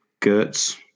Gertz